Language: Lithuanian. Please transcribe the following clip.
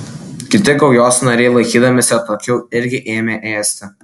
kiti gaujos nariai laikydamiesi atokiau irgi ėmė ėsti